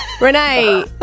Renee